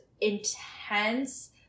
intense